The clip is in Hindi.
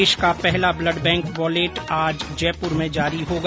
देश का पहला ब्लड बैंक वॉलेट आज जयपुर में जारी होगा